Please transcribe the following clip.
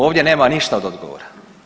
Ovdje nema ništa od odgovora.